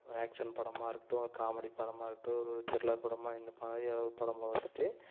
action படமாக இருக்கட்டும் ஒரு காமெடி படமாக இருக்கட்டும் ஒரு த்ரில்லர் படமாக இந்த மாரி எதாவது ஒரு படம் பார்த்துட்டு